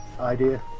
idea